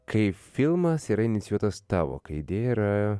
kai filmas yra inicijuotas tavo kai idėja yra